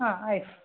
ಹಾಂ ಆಯ್ತು